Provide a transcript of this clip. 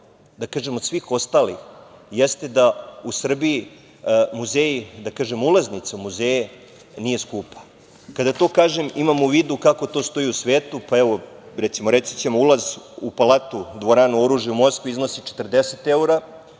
da kažem od svih ostalih, jeste da u Srbiji muzeji, ulaznica u muzeje nije skupa. Kada to kažem imam u vidu kako to stoji u svetu, pa evo, reći ću, ulaz u palatu Dvoranu oružja u Moskvi iznosi 40 eura,